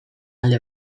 alde